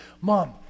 mom